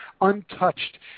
untouched